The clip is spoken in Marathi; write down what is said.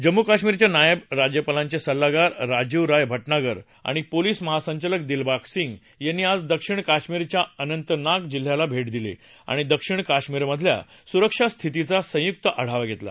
जम्मू कश्मीरच्या नायब राज्यापालांचे सल्लागार राजीव राय भटनागर आणि पोलीस महासंचालक दिलबाग सिंग यांनी आज दक्षिण कश्मीरमधल्या अनंतनाग जिल्ह्याला भेट दिली आणि दक्षिण कश्मीरमधल्या सुरक्षा स्थितीचा संयुक आढावा घेतला